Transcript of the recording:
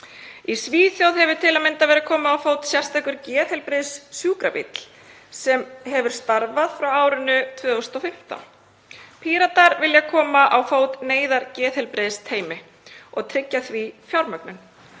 Í Svíþjóð hefur til að mynda verið komið á fót sérstökum geðheilbrigðissjúkrabíl sem hefur starfað frá árinu 2015. Píratar vilja koma á fót neyðargeðheilbrigðisteymi og tryggja því fjármögnun.